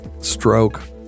stroke